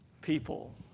people